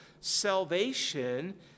Salvation